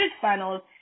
funnels